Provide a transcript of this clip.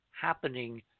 happening